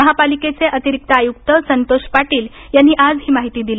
महापालिकेचे अतिरिक्त आयुक्त संतोष पाटील यांनी आज ही माहिती दिली